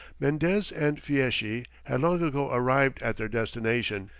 mendez and fieschi had long ago arrived at their destination.